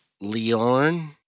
Leon